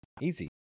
Easy